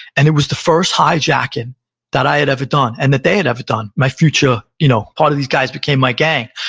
and it was the first hijacking that i had ever done and that they had ever done, my future, you know part of these guys became my gang.